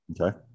okay